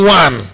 one